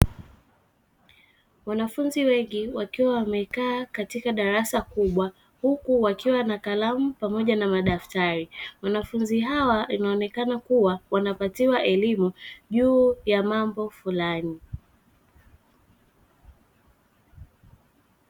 Wengi wakiwa wamekaa katika darasa kubwa huku wakiwa na kalamu pamoja na madaftari, wanafunzi hawa inaonekana kuwa wanapatiwa elimu juu ya mambo fulani.